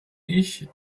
ich